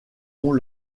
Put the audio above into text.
ont